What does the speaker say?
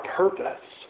purpose